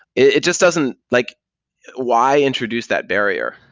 it just doesn't like why introduce that barrier?